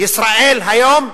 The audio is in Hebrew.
ישראל היום,